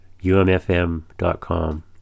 umfm.com